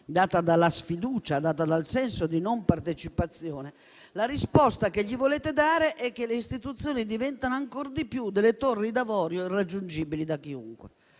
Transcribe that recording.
dalla sfiducia, dal senso di non partecipazione, la risposta sia che le Istituzioni diventano ancor di più delle torri d'avorio irraggiungibili da chiunque?